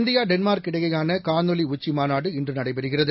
India Denmark இடையேயான காணொலி உச்சிமாநாடு இன்று நடைபெறுகிறது